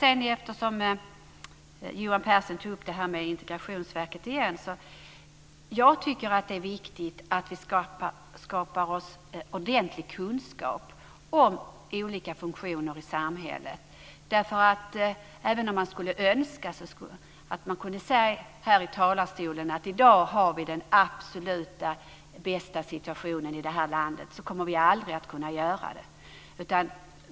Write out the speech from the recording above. Eftersom Johan Pehrson tog upp frågan om Integrationsverket igen, tycker jag att det är viktigt att vi skaffar oss ordentlig kunskap om olika funktioner i samhället. Även om vi skulle önska att vi kunde säga här i talarstolen att i dag har vi den absolut bästa situationen i landet kommer vi aldrig att kunna göra det.